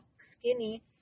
skinny